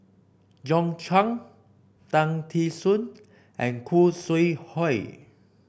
John Clang Tan Tee Suan and Khoo Sui Hoe